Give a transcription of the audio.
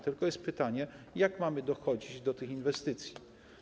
Tylko jest pytanie, jak mamy dochodzić do tych inwestycji.